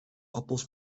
appels